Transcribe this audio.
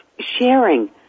sharing